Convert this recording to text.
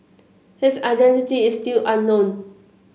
his identity is still unknown